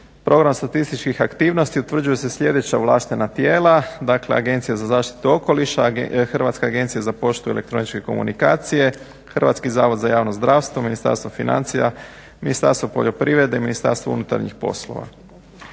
Program statističkih aktivnosti utvrđuje sljedeća ovlaštena tijela. Dakle, Agencija za zaštitu okoliša, Hrvatska agencija za poštu i elektroničke komunikacije, Hrvatski zavod za javno zdravstvo, Ministarstvo financija, Ministarstvo poljoprivrede, Ministarstvo unutarnjih poslova.